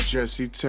Jesse